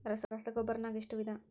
ರಸಗೊಬ್ಬರ ನಾಗ್ ಎಷ್ಟು ವಿಧ?